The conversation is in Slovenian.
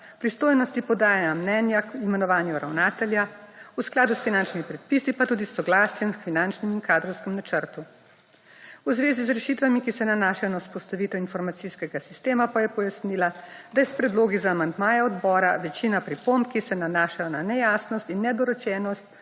pristojnosti podajanja mnenja k imenovanju ravnatelja, v skladu s finančnimi predpisi pa tudi soglasje k finančnem in kadrovskem načrtu. V zvezi z rešitvami, ki se nanašajo na vzpostavitev informacijskega sistema pa je pojasnila, da je s predlogi za amandmaje odbora večina pripomb, ki se nanašajo na nejasnost in nedorečenost,